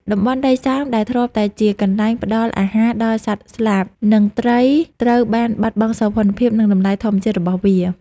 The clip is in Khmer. តំបន់ដីសើមដែលធ្លាប់តែជាកន្លែងផ្តល់អាហារដល់សត្វស្លាប និងត្រីត្រូវបានបាត់បង់សោភ័ណភាព និង តម្លៃធម្មជាតិរបស់វា។